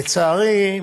לצערי,